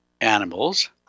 animals